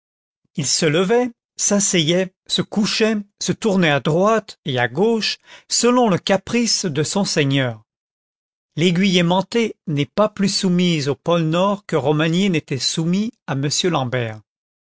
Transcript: il se levait s'asseyait se couchait se tournait à droite et à gauche selon le caprice de son seigneur l'aiguille aimantée n'est pas plus soumise au pôle nord que romagné n'était soumis à m l'ambert